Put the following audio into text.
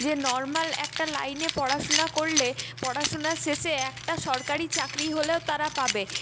যে নর্মাল একটা লাইনে পড়াশোনা করলে পড়াশোনার শেষে একটা সরকারি চাকরি হলেও তারা পাবে